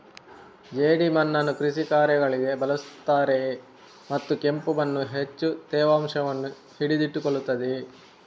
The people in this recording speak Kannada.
ಜೇಡಿಮಣ್ಣನ್ನು ಕೃಷಿ ಕಾರ್ಯಗಳಿಗೆ ಬಳಸುತ್ತಾರೆಯೇ ಮತ್ತು ಕೆಂಪು ಮಣ್ಣು ಹೆಚ್ಚು ತೇವಾಂಶವನ್ನು ಹಿಡಿದಿಟ್ಟುಕೊಳ್ಳುತ್ತದೆಯೇ?